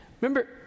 Remember